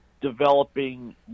developing